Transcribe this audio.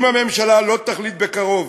אם הממשלה לא תחליט בקרוב